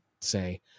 say